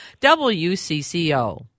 WCCO